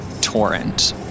torrent